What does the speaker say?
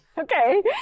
Okay